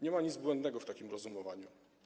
Nie ma nic błędnego w takim rozumowaniu.